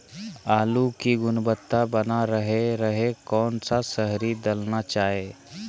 आलू की गुनबता बना रहे रहे कौन सा शहरी दलना चाये?